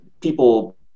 people